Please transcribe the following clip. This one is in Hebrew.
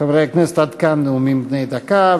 חברי הכנסת, עד כאן נאומים בני דקה.